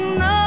no